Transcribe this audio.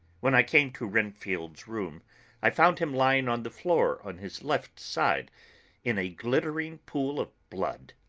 when i came to renfield's room i found him lying on the floor on his left side in a glittering pool of blood.